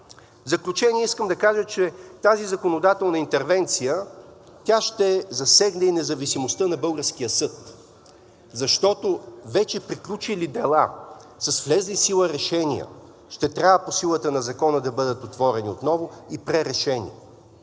В заключение искам да кажа, че тази законодателна интервенция ще засегне и независимостта на българския съд, защото вече приключили дела, с влезли в сила решения, ще трябва по силата на закона да бъдат отворени отново и пререшени,